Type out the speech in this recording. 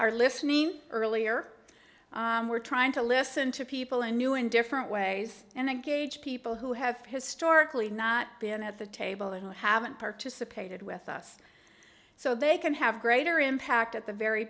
are listening earlier we're trying to listen to people in new and different ways and gauge people who have historically not been at the table and who haven't participated with us so they can have greater impact at the very